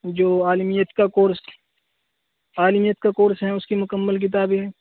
جو عالمیت کا کورس عالمیت کا کورس ہے اس کی مکمل کتابیں ہیں